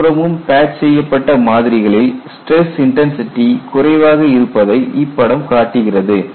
இருபுறம் patch செய்யப்பட்ட மாதிரிகளில் stress intensity குறைவாக இருப்பதை இப்படம் காட்டுகிறது